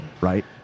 right